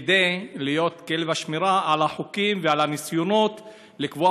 כדי שיהיה כלב השמירה על החוקים ועל הניסיונות לקבוע